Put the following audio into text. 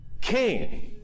king